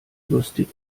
lustig